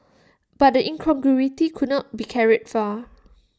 but the incongruity could not be carried far